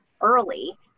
early